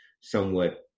somewhat